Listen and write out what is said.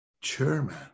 chairman